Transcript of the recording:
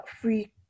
free